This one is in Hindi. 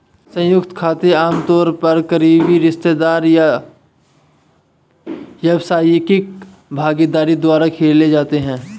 संयुक्त खाते आमतौर पर करीबी रिश्तेदार या व्यावसायिक भागीदारों द्वारा खोले जाते हैं